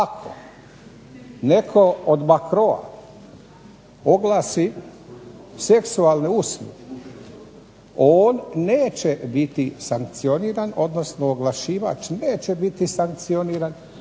ako netko od makroa oglasi seksualne usluge on neće biti sankcioniran odnosno oglašivač neće biti sankcioniran